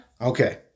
Okay